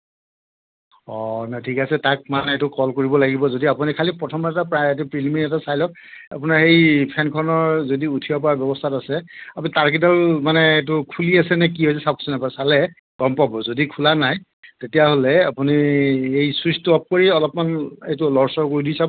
অঁ ন ঠিকেই আছে তাক মানে এইটো ক'ল কৰিব লাগিব যদি আপুনি খালি প্ৰথম বাৰৰ প্ৰায় প্ৰিলিমি এটা ছাই লওক আপোনাৰ হেৰি ফেনখনৰ যদি উঠিব পৰা ব্যৱস্থাত আছে আপুনি তাৰকেইডাল মানে এইটো খুলি আছে নে কি হয় আছে চাওঁকচোন এবাৰ চালেহে গম পাব যদি খোলা নাই তেতিয়াহলে আপুনি এই ছুইচটো অফ কৰি অলপমান এইটো লৰচৰ কৰি দি চাব